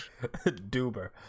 Duber